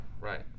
right